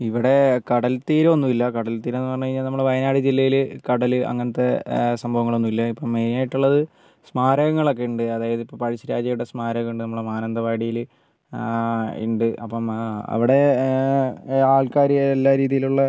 ഇവിടെ കടൽ തീരം ഒന്നുമില്ല കടൽ തീരം എന്ന് പറഞ്ഞു കഴിഞ്ഞാൽ നമ്മുടെ വയനാട് ജില്ലയിൽ കടൽ അങ്ങനത്തെ സംഭവങ്ങളൊന്നുമില്ല ഇപ്പം മെയിനായിട്ട് ഉള്ളത് സ്മാരകങ്ങളൊക്കെ ഉണ്ട് അതായത് ഇപ്പോൾ പഴശ്ശിരാജയുടെ സ്മാരകമുണ്ട് നമ്മുടെ മാനന്തവാടിയിൽ ഉണ്ട് അപ്പം അവിടെ ആൾക്കാർ എല്ലാ രീതിയിലുള്ള